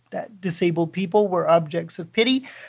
that disabled people were objects of pity.